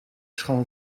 schaal